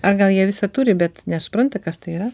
ar gal jie visa turi bet nesupranta kas tai yra